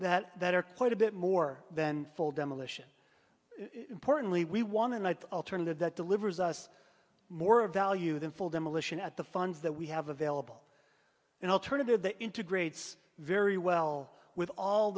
that are quite a bit more than full demolition importantly we want tonight alternative that delivers us more of value than full demolition at the funds that we have available and alternative the integrates very well with all